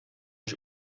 ich